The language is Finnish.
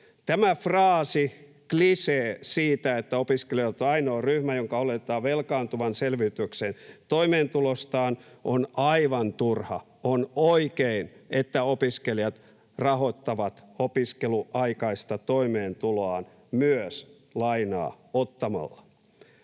Tämä fraasi ja klisee, että opiskelijat ovat ainoa ryhmä, jonka oletetaan velkaantuvan selviytyäkseen toimeentulostaan, on aivan turha. On oikein, että opiskelijat rahoittavat opiskeluaikaista toimeentuloaan myös lainaa ottamalla.